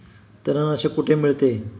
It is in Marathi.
तणनाशक कुठे मिळते?